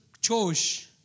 chose